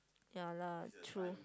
ya lah true